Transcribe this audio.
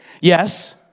Yes